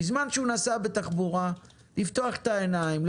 בזמן שנוסעים בתחבורה הציבורית לפתוח את העיניים,